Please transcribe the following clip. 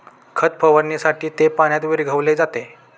खत फवारणीसाठी ते पाण्यात विरघळविले जाते